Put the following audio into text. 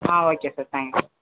ah okay sir thanks